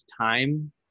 time